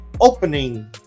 opening